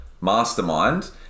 Mastermind